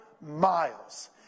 miles